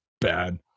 bad